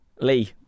lee